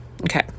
okay